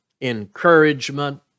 encouragement